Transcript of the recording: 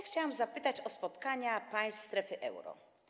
Chciałam zapytać o spotkania państw strefy euro.